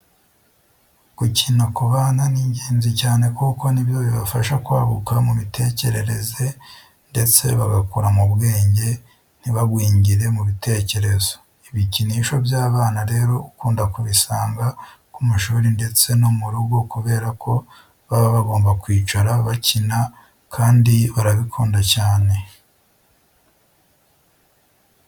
Gukina ku bana ni ingenzi cyane kuko ni byo bibafasha kwaguka mu mitekerereze ndetse bagakura mu bwenge, ntibagwingire mu bitekerezo. Ibikinisho by'abana rero ukunda kubisanga ku mashuri ndetse no mu rugo kubera ko baba bagomba kwicara bakina kandi barabikunda cyane.